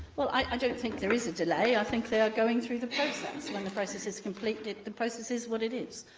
well, i i don't think there is a delay i think they are going through the process. when the process is completed. the process is what it is.